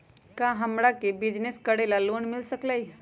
का हमरा के बिजनेस करेला लोन मिल सकलई ह?